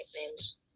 nicknames